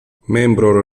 membro